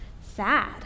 sad